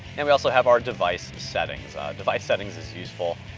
and we also have our device settings. device settings is useful,